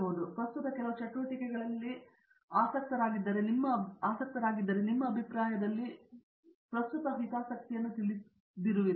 ಆದರೆ ಅವರು ಪ್ರಸ್ತುತ ಕೆಲವು ಚಟುವಟಿಕೆಗಳಲ್ಲಿ ಆಸಕ್ತರಾಗಿದ್ದರೆ ನಿಮ್ಮ ಅಭಿಪ್ರಾಯದಲ್ಲಿ ನೀವು ಪ್ರಸ್ತುತ ಹಿತಾಸಕ್ತಿಯನ್ನು ತಿಳಿದಿರುವಿರಾ